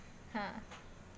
ha